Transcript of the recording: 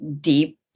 deep